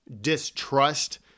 distrust